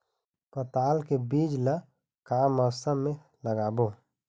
पताल के बीज ला का मौसम मे लगाबो?